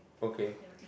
okay